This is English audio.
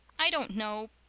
i don't know.